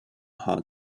hot